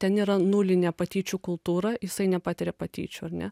ten yra nulinė patyčių kultūra jisai nepatiria patyčių ar ne